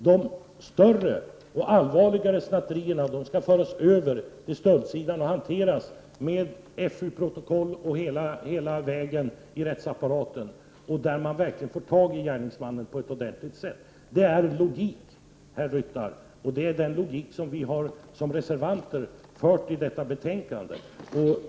De större och allvarligare snatterierna skall föras över till stöldsidan och hanteras med förundersökningsprotokoll genom hela vägen i rättsapparaten för att man verkligen skall kunna få tag på gärningsmannen. Detta är logik, herr Ryttar, och det är den logik som vi reservanter tilllämpat i detta betänkande.